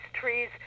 trees